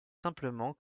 simplement